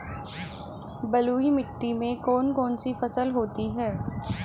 बलुई मिट्टी में कौन कौन सी फसल होती हैं?